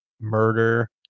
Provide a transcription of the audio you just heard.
murder